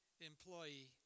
employee